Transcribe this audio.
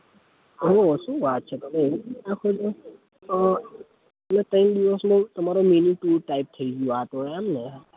ઓહો શું વાત છે તમે એવી ટુર રાખો છો એટલે ત્રણ દિવસનું તમારે મીની ટુર ટાઈપ થઈ ગયું આ તો એમને